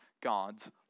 God's